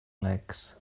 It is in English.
legs